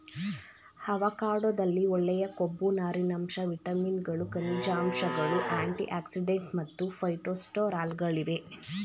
ಅವಕಾಡೊದಲ್ಲಿ ಒಳ್ಳೆಯ ಕೊಬ್ಬು ನಾರಿನಾಂಶ ವಿಟಮಿನ್ಗಳು ಖನಿಜಾಂಶಗಳು ಆಂಟಿಆಕ್ಸಿಡೆಂಟ್ ಮತ್ತು ಫೈಟೊಸ್ಟೆರಾಲ್ಗಳಿವೆ